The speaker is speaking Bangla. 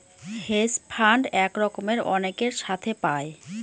হেজ ফান্ড এক রকমের অনেকের সাথে পায়